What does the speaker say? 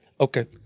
Okay